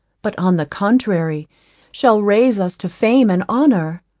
but on the contrary shall raise us to fame and honour?